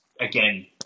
again